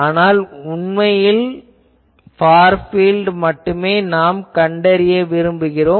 ஆனால் நாம் உண்மையில் ஃபார் பீல்ட் மட்டுமே கண்டறிய விரும்புகிறோம்